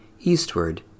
eastward